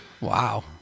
Wow